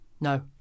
No